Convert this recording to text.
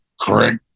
correct